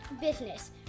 business